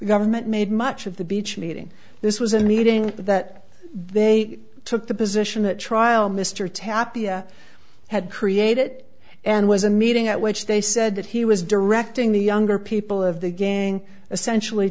government made much of the beach meeting this was a meeting that they took the position that trial mr tapioca had created and was a meeting at which they said that he was directing the younger people of the gang essentially